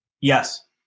Yes